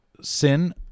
sin